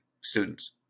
students